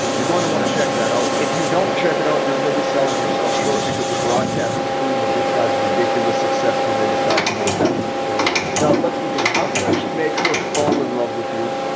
you're going to want to check that out. if you don't check it out. you're really selling yourself short because the broadcast is free and it gets guys ridiculous success when they decide to make that leap forward. now let's begin. how do you actually make her fall in love with you?